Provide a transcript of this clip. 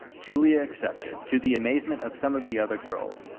julia accepted, to the amazement of some of the other girls,